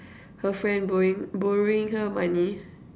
her friend borrowing borrowing her money